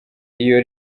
iyo